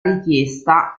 richiesta